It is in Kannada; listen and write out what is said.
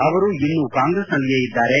ಅವರು ಇನ್ನೂ ಕಾಂಗ್ರೆಸ್ನಲ್ಲಿಯೇ ಇದ್ದಾರೆ